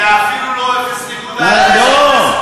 זה אפילו לא 0.00 פרומיל.